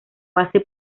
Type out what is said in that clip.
base